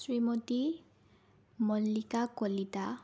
Shrimati Mallika Kalita